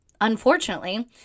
unfortunately